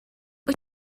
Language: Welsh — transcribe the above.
wyt